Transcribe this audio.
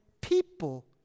people